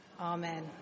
Amen